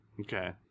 okay